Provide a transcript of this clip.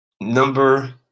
Number